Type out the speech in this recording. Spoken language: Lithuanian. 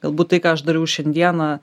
galbūt tai ką aš dariau šiandieną